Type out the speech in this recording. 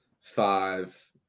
five